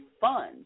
fun